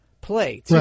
play